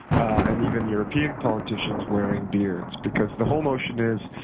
and even european politicians, wearing beards, because the whole notion is